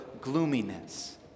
gloominess